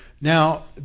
Now